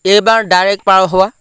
এইবাৰ ডাইৰেকট পাৰ হোৱা